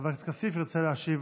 חבר הכנסת כסיף ירצה להשיב